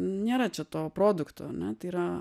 nėra čia to produkto ane tai yra